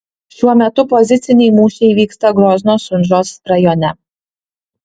šiuo metu poziciniai mūšiai vyksta grozno sunžos rajone